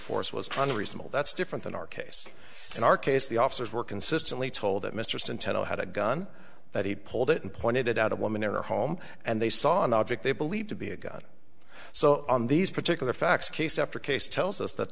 force was on a reasonable that's different than our case in our case the officers were consistently told that mr centeno had a gun that he pulled it and pointed out a woman in her home and they saw an object they believe to be a gun so on these particular facts case after case tells us that